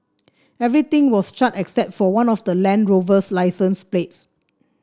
everything was charred except for one of the Land Rover's licence plates